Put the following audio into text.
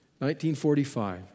1945